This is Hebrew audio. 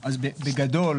בגדול,